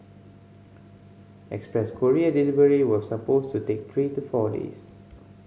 express courier delivery was supposed to take three to four days